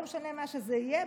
לא משנה מה שזה יהיה,